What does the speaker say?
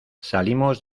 salimos